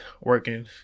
working